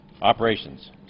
operations